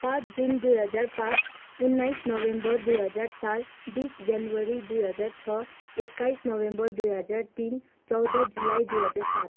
पाँच जुन दुई हजार पाँच उन्नाइस नोभेम्बर दुई हजार चार बिस जनवरी दुई हजार छ एक्काइस नोभेम्बर दुई हजार तिन चौध जुलाई दुई हजार सात